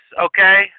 okay